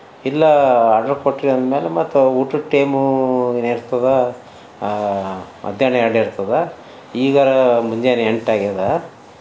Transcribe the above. ಇಲ್ಲ ಆರ್ಡರ್ ಕೊಟ್ಟಿರಿ ಅಂದ ಮೇಲೆ ಮತ್ತು ಊಟದ ಟೈಮು ಏನಿರ್ತದೆ ಮಧ್ಯಾಹ್ನ ಎರಡಿರ್ತದೆ ಈಗ ಮುಂಜಾನೆ ಎಂಟಾಗ್ಯದ